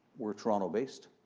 we're toronto-based.